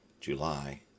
July